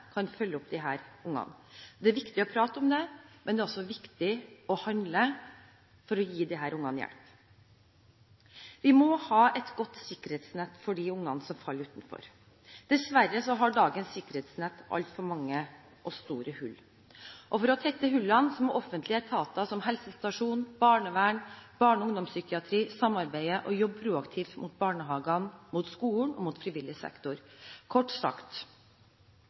kan følge opp disse ungene. Det er viktig å prate om det, men det er også viktig å handle – for å gi dem hjelp. Vi må ha et godt sikkerhetsnett for de ungene som faller utenfor. Dessverre har dagens sikkerhetsnett altfor mange og for store hull. For å tette hullene må offentlige etater som helsestasjon, barnevern, barne- og ungdomspsykiatri samarbeide og jobbe proaktivt mot barnehagene, skolene og frivillig sektor. Kort sagt: